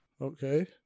Okay